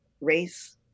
race